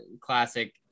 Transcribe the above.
classic